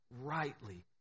rightly